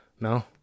No